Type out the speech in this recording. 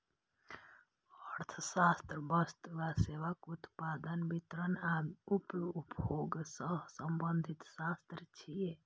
अर्थशास्त्र वस्तु आ सेवाक उत्पादन, वितरण आ उपभोग सं संबंधित शास्त्र छियै